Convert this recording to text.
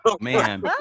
Man